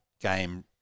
game